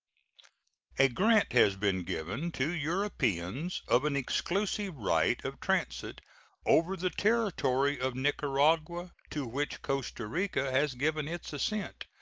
a grant has been given to europeans of an exclusive right of transit over the territory of nicaragua, to which costa rica has given its assent,